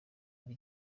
ari